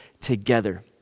together